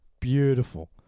Beautiful